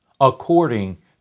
according